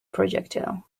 projectile